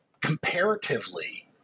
comparatively